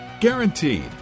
Guaranteed